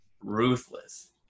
ruthless